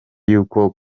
y’uko